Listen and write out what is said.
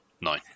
nine